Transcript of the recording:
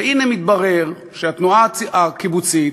והנה מתברר שהתנועה הקיבוצית,